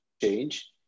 change